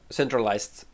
centralized